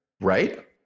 right